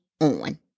on